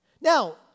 Now